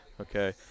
okay